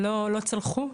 לא צלחו,